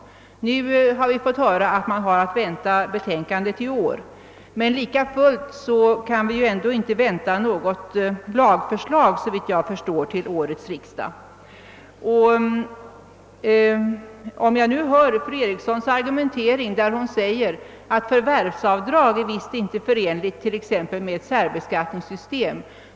Nu har vi fått höra att betänkandet kan väntas komma i år, men lika fullt kan vi väl ändå inte vänta något lagförslag till årets riksdag, såvitt jag förstår. Fru Erikssons i Stockholm argumentering är att förvärvsavdrag visst inte är förenligt med exempelvis ett särbeskattningssystem.